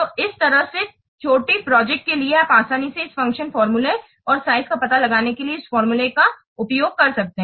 तो इस तरह से छोटी प्रोजेक्ट के लिए आप आसानी से इस फ़ंक्शन फार्मूला और साइज का पता लगाने के लिए इस फॉर्मूले का उपसुम्मातिओं कर सकते हैं